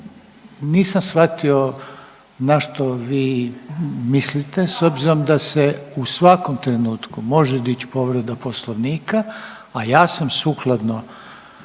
nisam shvatio na što vi mislite s obzirom da se u svakom trenutku može dići povreda Poslovnika, a ja sam sukladno